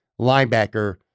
linebacker